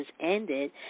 ended